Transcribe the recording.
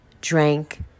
drank